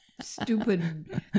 stupid